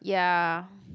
ya